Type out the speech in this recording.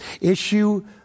issue